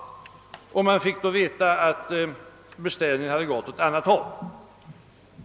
Detta företag fick då veta att beställningen hade gått till annat håll.